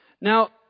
Now